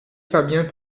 fabien